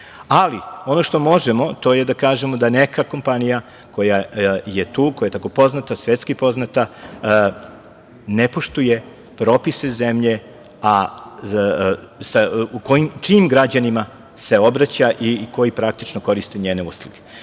ali ono što možemo to je da kažemo da neka kompanija koja je tu, koja je svetski poznata, ne poštuje propise zemlje, a čijim građanima se obraća i koji praktično koriste njene usluge. Hvala